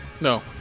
No